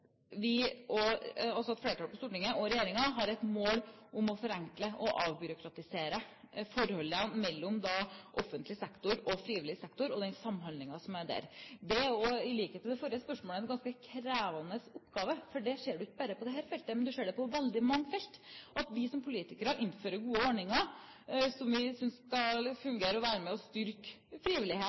at vi også i våre merknader sier at flertallet på Stortinget og regjeringen har som mål å forenkle og avbyråkratisere forholdet mellom offentlig sektor og frivillig sektor og den samhandlingen som er der. Det er også, i likhet med det forrige det ble spurt om, en ganske krevende oppgave. Du ser ikke bare på dette feltet, men på veldig mange felt at vi som politikere innfører gode ordninger som vi mener skal fungere og være med og styrke frivillighet